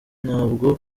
ntabwo